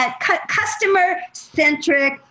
customer-centric